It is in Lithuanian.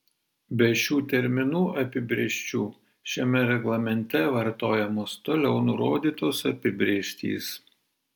be šių terminų apibrėžčių šiame reglamente vartojamos toliau nurodytos apibrėžtys